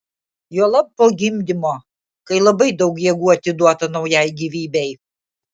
juolab po gimdymo kai labai daug jėgų atiduota naujai gyvybei